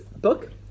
book